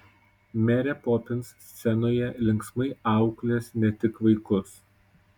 merė popins scenoje linksmai auklės ne tik vaikus